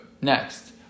Next